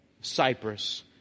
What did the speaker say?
Cyprus